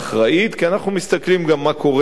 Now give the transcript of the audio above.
כי אנחנו מסתכלים גם מה קורה בעולם.